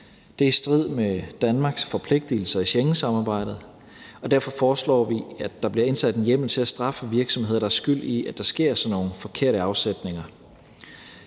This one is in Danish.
Det er i strid med Danmarks forpligtigelser i Schengensamarbejdet, og derfor foreslår vi, at der bliver indsat en hjemmel til at straffe virksomheder, der er skyld i, at der sker sådan nogle forkerte afsætninger.